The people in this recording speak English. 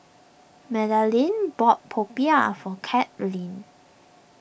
Madalynn bought Popiah for Carlyn